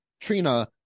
Trina